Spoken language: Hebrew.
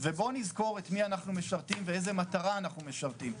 ובוא נזכור את מי שאנחנו משרתים ואיזו מטרה אנחנו משרתים.